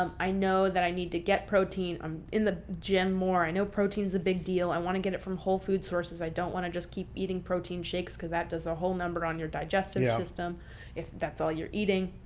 um i know that i need to get protein um in the gym more. i know protein is a big deal. i want to get it from whole food sources. i don't want to just keep eating protein shakes because that does a whole number on your digestive system if that's all you're eating.